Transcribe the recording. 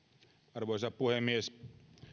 arvoisa puhemies